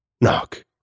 Knock